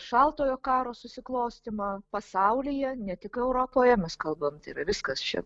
šaltojo karo susiklostymą pasaulyje ne tik europoje mes kalbam tai yra viskas čia